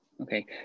okay